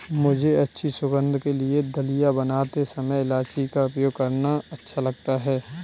मुझे अच्छी सुगंध के लिए दलिया बनाते समय इलायची का उपयोग करना अच्छा लगता है